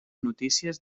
notícies